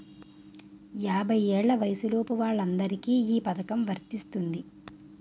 యాభై ఏళ్ల వయసులోపు వాళ్ళందరికీ ఈ పథకం వర్తిస్తుంది